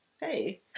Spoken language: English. hey